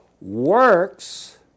works